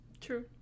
true